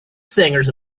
singers